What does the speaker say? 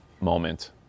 moment